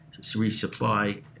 resupply